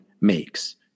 makes